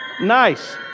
Nice